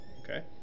Okay